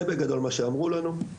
זה בגדול מה שאמרנו לנו.